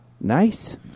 Nice